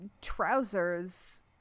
trousers